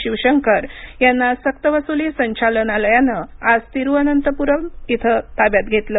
शिवशंकर यांना सक्तवसुली संचालनालयानं आज तिरुवअनंतपूरम इथं ताब्यात घेतलं